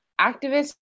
Activists